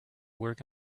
work